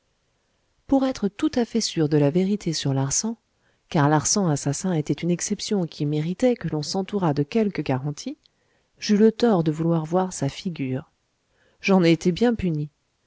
pour être tout à fait sûr de la vérité sur larsan car larsan assassin était une exception qui méritait que l'on s'entourât de quelque garantie j'eus le tort de vouloir voir sa figure j'en ai été bien puni